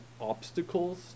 obstacles